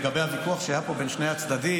לגבי הוויכוח שהיה פה בין שני הצדדים,